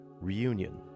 Reunion